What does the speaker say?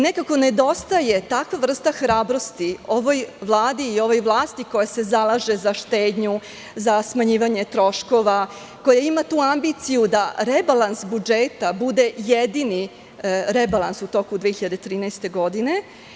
Nekako nedostaje takva vrsta hrabrosti ovoj Vladi i ovoj vlasti koja se zalaže za štednju, za smanjivanje troškova, koja ima tu ambiciju da rebalans budžeta bude jedini rebalans u toku 2013. godine.